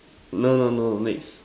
no no no next